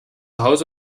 hause